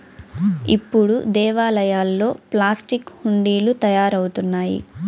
ఇప్పుడు దేవాలయాల్లో ప్లాస్టిక్ హుండీలు తయారవుతున్నాయి